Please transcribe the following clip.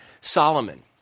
Solomon